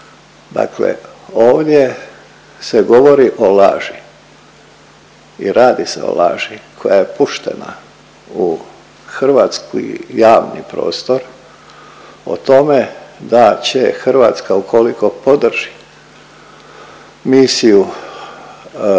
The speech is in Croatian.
Dakle, ovdje se govori o laži i radi se o laži koja je puštena u hrvatski javni prostor o tome da će Hrvatska ukoliko podrži misiju logističku